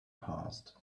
passed